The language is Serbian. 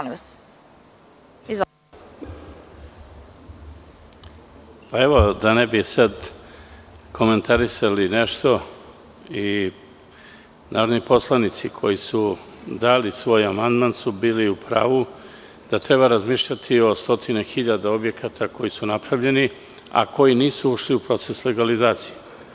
Da ne bi sada komentarisali nešto i narodni poslanici koji su dali svoj amandman su bili u pravu da treba razmišljati o stotine hiljada objekata koji su napravljeni a koji nisu ušli u proces legalizacije.